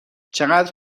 چقدر